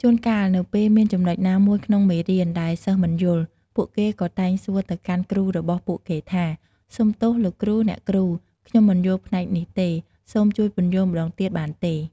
ជួនកាល នៅពេលមានចំណុចណាមួយក្នុងមេរៀនដែលសិស្សមិនយល់ ពួកគេក៏តែងសួរទៅកាន់គ្រូរបស់ពួកគេថា សុំទោស លោកគ្រូ អ្នកគ្រូ ខ្ញុំមិនយល់ផ្នែកនេះទេ សូមជួយពន្យល់ម្ដងទៀតបានទេ។